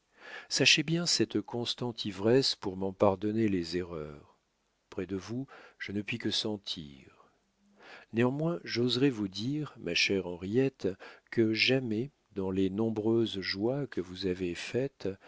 sachez bien cette constante ivresse pour m'en pardonner les erreurs près de vous je ne puis que sentir néanmoins j'oserai vous dire ma chère henriette que jamais dans les nombreuses joies que vous avez faites